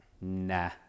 nah